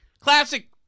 Classic